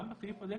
גם לסעיף הזה,